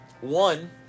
One